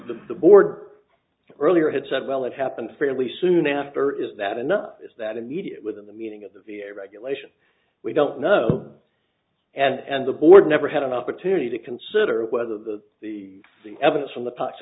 border earlier had said well it happened fairly soon after is that enough is that immediate within the meaning of the v a regulation we don't know and the board never had an opportunity to consider whether the the evidence from the pa